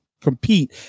compete